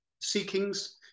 Seekings